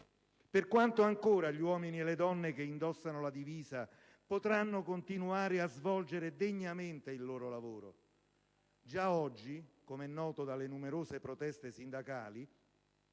Per quanto ancora gli uomini e le donne che indossano la divisa potranno continuare a svolgere degnamente il proprio lavoro? Già oggi - come noto dalle numerose proteste sindacali